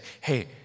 hey